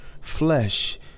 flesh